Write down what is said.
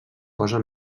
cosa